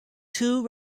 two